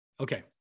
Okay